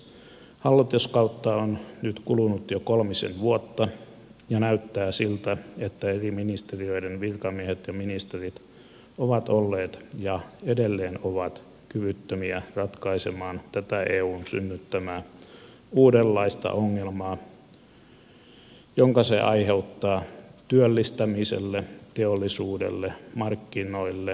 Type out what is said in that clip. hallituskautta on nyt kulunut jo kolmisen vuotta ja näyttää siltä että eri ministeriöiden virkamiehet ja ministerit ovat olleet ja edelleen ovat kyvyttömiä ratkaisemaan tätä eun synnyttämää uudenlaista ongelmaa jonka se aiheuttaa työllistämiselle teollisuudelle markkinoille ja kaupalle